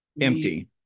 Empty